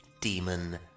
demon